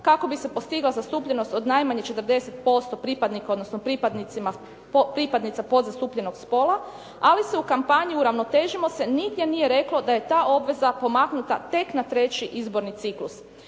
kako bi se postigla zastupljenost od najmanje 40% pripadnika, odnosno pripadnica podzastupljenog spola, ali se u kampanji uravnotežimo se nigdje nije reklo da je ta obveza pomaknuta tek na treći izborni ciklus.